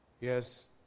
Yes